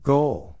Goal